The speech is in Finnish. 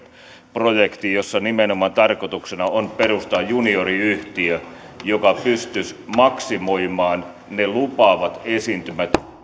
projekti jossa nimenomaan tarkoituksena on perustaa junioriyhtiö joka pystyisi maksimoimaan ne lupaavat esiintymät